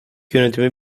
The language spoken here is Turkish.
yönetimi